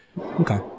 Okay